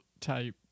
type